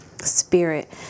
spirit